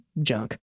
junk